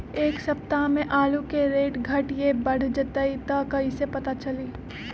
एक सप्ताह मे आलू के रेट घट ये बढ़ जतई त कईसे पता चली?